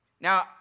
Now